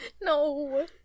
No